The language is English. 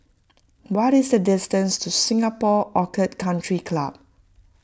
what is the distance to Singapore Orchid Country Club